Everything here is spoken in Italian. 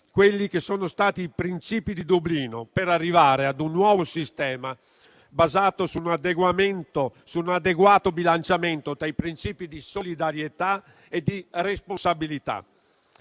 quelli che sono stati i principi di Dublino, per arrivare ad un nuovo sistema basato su un adeguato bilanciamento tra i principi di solidarietà e di responsabilità.